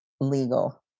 legal